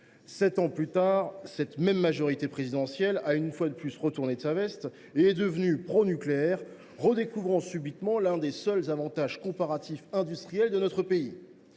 Sept ans plus tard, cette même majorité présidentielle a une fois de plus retourné sa veste et est devenue pronucléaire, redécouvrant subitement l’un des seuls avantages comparatifs industriels de notre pays.